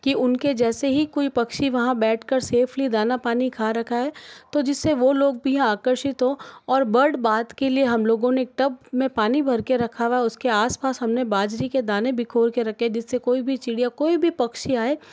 कि उनके जैसे ही कोई पक्षी वहाँ बैठकर सेफ्ली दाना पानी खा रखा है तो जिससे वो लोग भी आकर्षित हो और बर्ड बाथ के लिए हम लोगों ने टब में पानी भर के रखा हुआ उसके आसपास हमने बाजरी के दाने बिखोर के रखे है जिससे कोई भी चिड़िया कोई भी पक्षी आए